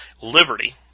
liberty